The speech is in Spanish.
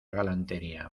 galantería